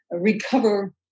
Recover